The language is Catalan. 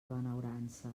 benaurança